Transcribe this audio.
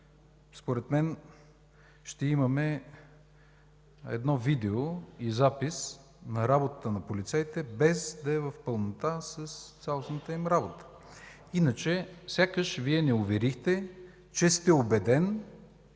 според мен ще имаме едно видео и запис на работата на полицаите, без да е в пълнота с цялостната им работа. Иначе сякаш Вие ни уверихте, че сте убеден